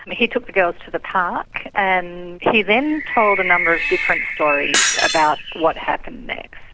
and he took the girls to the park and he then told a number of different stories about what happened next.